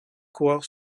coureurs